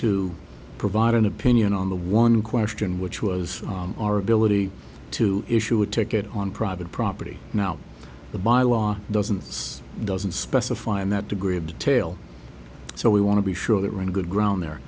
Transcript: to provide an opinion on the one question which was our ability to issue a ticket on private property now the by law doesn't this doesn't specify in that degree of detail so we want to be sure that run a good ground there